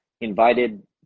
invited